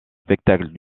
spectacle